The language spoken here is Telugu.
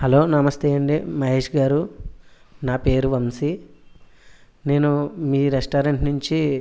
హలో నమస్తే అండీ మహేష్ గారు నా పేరు వంశీ నేను మీ రెస్టారెంట్ నుంచి